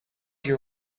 your